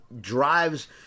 drives